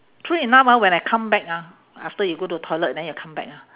true enough ah when I come back ah after you go to toilet then you come back ha